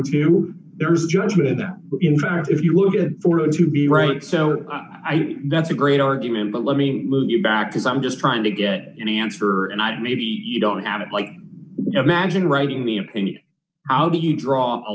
you there is a judgment in that in fact if you look for it to be right so i think that's a great argument but let me move you back because i'm just trying to get an answer and i maybe you don't have it like imagine writing me opinion how do you draw a